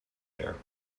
there